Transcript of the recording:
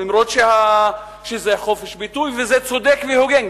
אף-על-פי שזה חופש ביטוי וזה צודק והוגן,